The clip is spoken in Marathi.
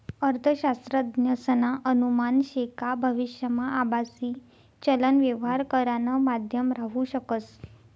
अर्थशास्त्रज्ञसना अनुमान शे का भविष्यमा आभासी चलन यवहार करानं माध्यम राहू शकस